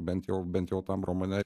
bent jau bent jau tam romane